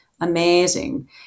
amazing